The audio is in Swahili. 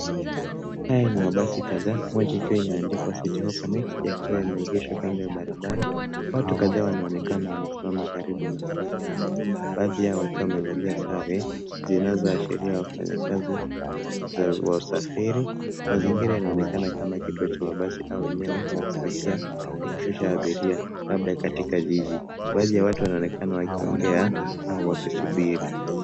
Haya ni mabasi kadhaa moja ikiwa imeandikwa citi hopa yakiwa yameegeshwa kando ya barabara. Wtau kadhaa wanaonekana wamesimama karibu na mabasi hayo, baadhi yao wakiwa wamevalia sare zinazoashiria wafanyikazi wa usafiri. Mazingira inaonekana kama kituo cha mabasi au kituo cha kupakia au kushusha abiria labda katika jiji. Baadhi ya watu wanaonekana wakiongea au wakisubiri.